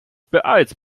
beeilst